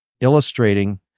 illustrating